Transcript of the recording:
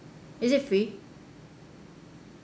is it free